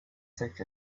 six